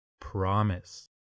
promise